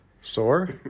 Sore